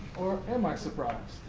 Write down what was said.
or am i surprised?